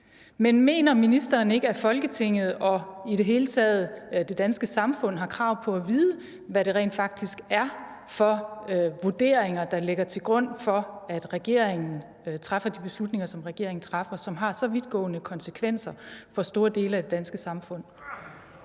Men mener ministeren ikke, at Folketinget og i det hele taget det danske samfund har krav på at vide, hvad det rent faktisk er for vurderinger, der ligger til grund for, at regeringen træffer de beslutninger, som regeringen træffer, og som har så vidtgående konsekvenser for store dele af det danske samfund?